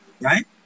Right